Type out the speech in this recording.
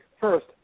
first